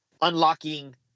unlocking